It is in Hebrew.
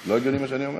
לא הגיוני מה שאני אומר?